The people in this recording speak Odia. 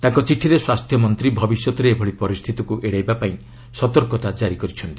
ତାଙ୍କ ଚିଠିରେ ସ୍ୱାସ୍ଥ୍ୟମନ୍ତ୍ରୀ ଭବିଷ୍ୟତରେ ଏଭଳି ପରିସ୍ଥିତିକୁ ଏଡ଼ାଇବା ପାଇଁ ସତର୍କତା କାରି କରିଛନ୍ତି